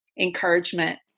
encouragement